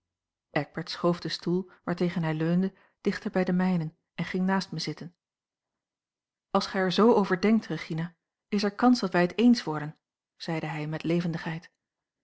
eckbert schoof den stoel waartegen hij leunde dichter bij den mijnen en ging naast mij zitten als gij er zoo over denkt regina is er kans dat wij het eens worden zeide hij met levendigheid